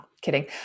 kidding